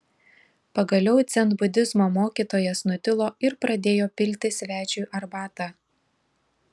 pagaliau dzenbudizmo mokytojas nutilo ir pradėjo pilti svečiui arbatą